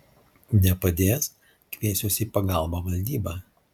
nepadės kviesiuos į pagalbą valdybą